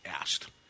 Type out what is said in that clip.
asked